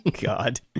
God